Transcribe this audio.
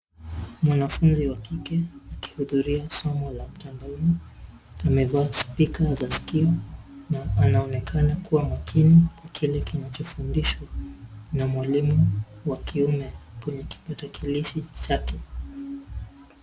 Mwanafunzi wa kike akihudhuria somo la mtandaoni amevaa spika za skio na anaonekana kuwa makini kwa kile kinachofundishwa na mwalimu wa kiume kwenye kipakatilishi chake.